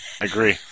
Agree